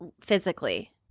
physically